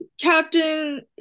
captain